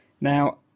Now